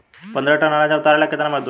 पन्द्रह टन अनाज उतारे ला केतना मजदूर लागी?